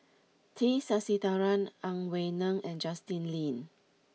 T Sasitharan Ang Wei Neng and Justin Lean